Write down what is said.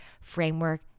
framework